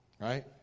Right